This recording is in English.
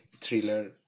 thriller